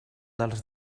dels